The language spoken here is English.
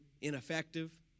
ineffective